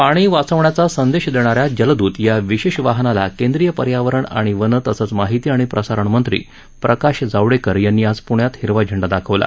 पाणी वाचवण्याचा संदेश देणाऱ्या जलदूत या विशेष वाहनाला केंद्रीय पर्यावरण णि वनं तसंच माहिती णि प्रसारणमंत्री प्रकाश जावडेकर यांनी ज प्रण्यात हिरवा झेंडा दाखवला